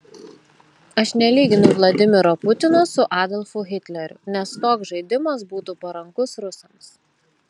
aš nelyginu vladimiro putino su adolfu hitleriu nes toks žaidimas būtų parankus rusams